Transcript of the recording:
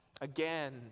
again